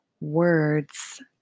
words